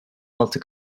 altı